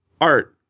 art